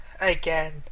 again